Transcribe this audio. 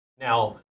Now